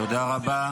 תודה רבה.